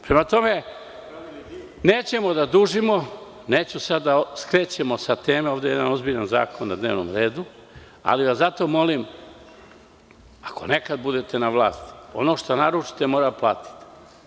Prema tome, nećemo da dužimo, neću sada da skrećemo sa teme, ovde je jedan ozbiljan zakon na dnevnom redu, ali vas zato molim, ako nekada budete na vlasti, ono što naručite morate i da platite.